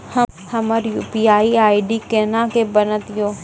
हमर UPI ID कोना के बनत यो?